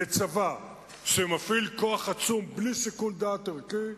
לצבא שמפעיל כוח עצום בלי שיקול דעת ערכי,